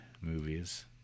movies